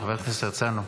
חבר הכנסת הרצנו.